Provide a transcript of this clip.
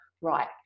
right